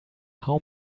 how